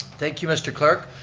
thank you, mr. clerk.